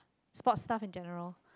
sport stuff in general